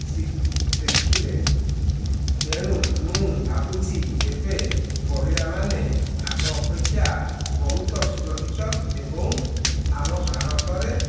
ଶିଖ୍ ଦେଖିଲେଣି ତେଣୁ ମୁଁ ଭାବୁଛି ଏବେ ମହିଳାମାନେ ଆଗ ଅପେକ୍ଷା ବହୁତ ସୁରକ୍ଷିତ ଏବଂ ଆମ ଭାରତରେ